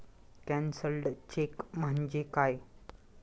Cancelled cheque म्हणजे काय?